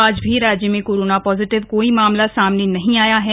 आज भी राज्य में कोरोना पॉजिटिव कोई मामला सामने नहीं आया है